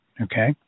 Okay